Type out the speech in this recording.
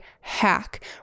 hack